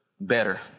better